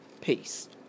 Peace